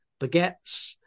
baguettes